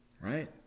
Right